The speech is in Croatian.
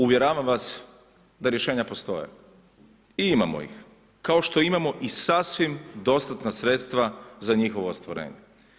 Uvjeravam vas da rješenja postoje i imamo ih kao što imamo i sasvim dostatna sredstva za njihovo ostvarenje.